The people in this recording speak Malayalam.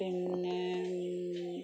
പിന്നെ